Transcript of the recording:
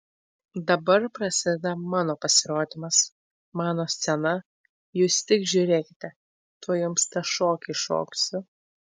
dabar prasideda mano pasirodymas mano scena jūs tik žiūrėkite tuoj jums tą šokį šoksiu